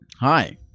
Hi